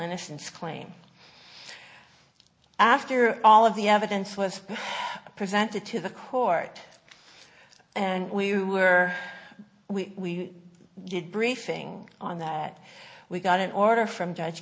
innocence claim after all of the evidence was presented to the court and we were we did briefings on that we got an order from judge